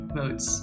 votes